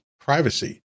privacy